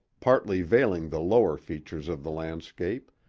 partly veiling the lower features of the landscape,